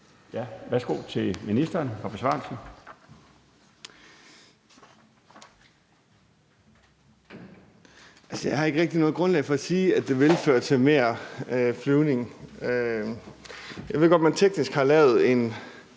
Transportministeren (Thomas Danielsen): Jeg har ikke rigtig noget grundlag for at sige, at det vil føre til mere flyvning. Jeg ved godt, at man teknisk har lavet en